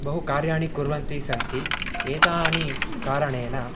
बहु कार्याणि कुर्वन्ति सन्ति एतानि कारणेन